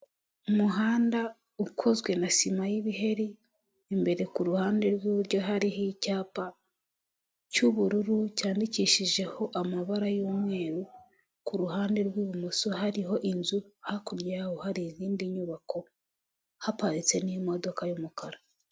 Umuhanda ukozwe na sima y'ibiheri imbere k'uruhande rwwiburyo hariho icyapa cy'ubururu cyandikishijeho amabara y'umweru k'uruhande rw'ibumoso hariho inzu, hakurya yaho hari izindi nyubako haparitse n'imodoka y'umukara.